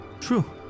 True